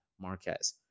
Marquez